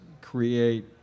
create